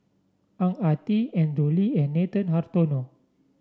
Ang Ah Tee Andrew Lee and Nathan Hartono